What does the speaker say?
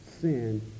sin